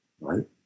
right